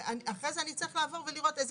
אחרי זה אני צריך לעבור ולראות איזה